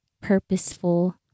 purposeful